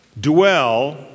dwell